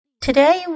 Today